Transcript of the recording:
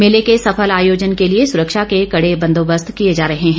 मेले के सफल आयोजन के लिए सुरक्षा के कड़े बंदोबस्त किए जा रहे हैं